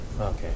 Okay